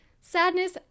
Sadness